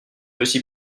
aussi